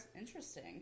interesting